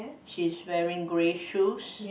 she's wearing grey shoes